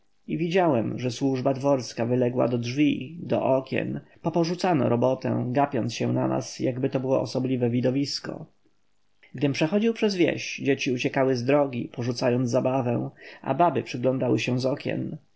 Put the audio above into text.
widziałem że służba dworska wyległa do drzwi do okien poporzucano robotę gapiąc się na nas jakby to było osobliwe widowisko gdym przechodził przez wieś dzieci uciekały z drogi porzucając zabawę a baby przyglądały się z okien